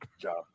job